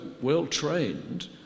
well-trained